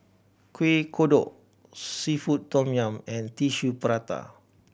Kuih Kodok seafood tom yum and Tissue Prata